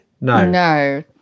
No